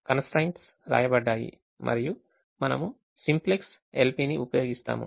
Constraints రాయబడ్డాయి మరియు మనము సింప్లెక్స్ LP ని ఉపయోగిస్తాము